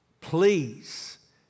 please